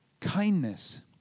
Kindness